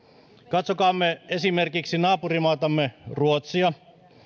katsokaamme esimerkiksi naapurimaatamme ruotsia